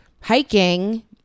hiking